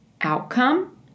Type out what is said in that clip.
outcome